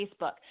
facebook